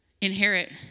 inherit